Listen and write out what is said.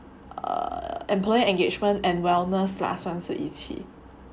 err employee engagement and wellness lah 算是一起